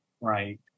right